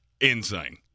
insane